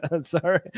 Sorry